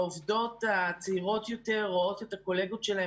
העובדות הצעירות יותר רואות את הקולגות שלהן